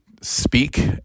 speak